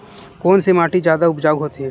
कोन से माटी जादा उपजाऊ होथे?